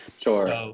sure